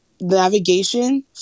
Navigation